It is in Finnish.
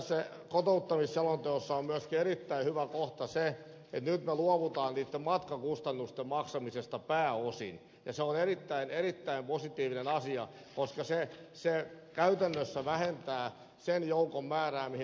kotouttamisselonteossa on myöskin erittäin hyvä kohta se että nyt me luovumme matkakustannusten maksamisesta pääosin ja se on erittäin positiivinen asia koska se käytännössä vähentää sen joukon määrää mihin ed